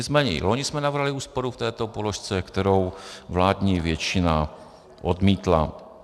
Nicméně i loni jsme navrhli úsporu v této položce, kterou vládní většina odmítla.